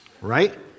Right